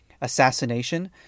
assassination